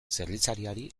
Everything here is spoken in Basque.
zerbitzariari